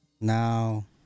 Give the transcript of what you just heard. now